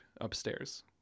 upstairs